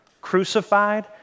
crucified